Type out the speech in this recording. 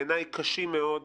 בעיניי קשים מאוד,